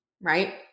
right